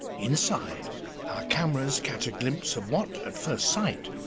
inside, our cameras catch a glimpse of what, at first sight,